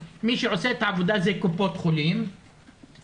עכשיו מי שעושה את העבודה זה קופות החולים אבל